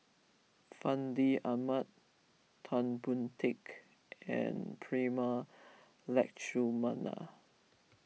Fandi Ahmad Tan Boon Teik and Prema Letchumanan